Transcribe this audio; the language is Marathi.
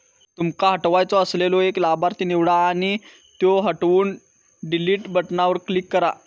तुमका हटवायचो असलेलो एक लाभार्थी निवडा आणि त्यो हटवूक डिलीट बटणावर क्लिक करा